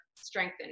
strengthened